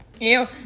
Ew